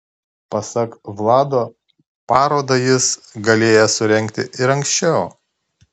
pasak vlado parodą jis galėjęs surengti ir anksčiau